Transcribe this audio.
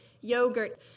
yogurt